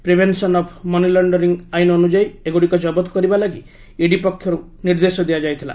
prevention of money laundering ଆଇନ୍ ଅନୁଯାୟୀ ଏଗୁଡ଼ିକୁ ଜବତ କରିବା ଲାଗି ଇଡି ପକ୍ଷରୁ ନିର୍ଦ୍ଦେଶ ଦିଆଯାଇଥିଲା